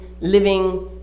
living